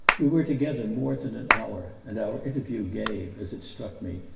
we were together more than an hour, and our interview gave, as it struck me,